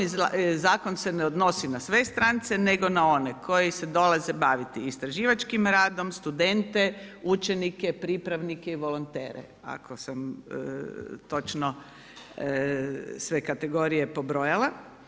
Zakon se ne odnosi na sve strance, nego na one koji se dolaze baviti istraživačkim radom, studente, učenike, pripravnike i volontere, ako sam točno sve kategorije pobrojala.